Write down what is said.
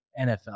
NFL